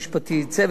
צוות הוועדה,